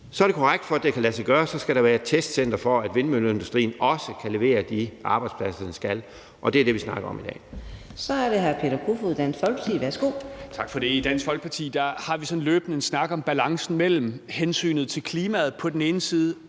Så er det korrekt, at der, for at det kan lade sig gøre, skal være et testcenter, for at vindmølleindustrien også kan levere de arbejdspladser, de skal, og det er det, vi snakker om i dag.